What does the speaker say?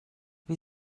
wie